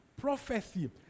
prophecy